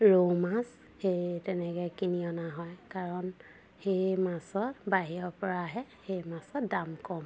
ৰৌ মাছ সেই তেনেকে কিনি অনা হয় কাৰণ সেই মাছত বাহিৰৰ পৰা আহে সেই মাছত দাম কম